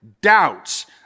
doubts